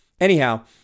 Anyhow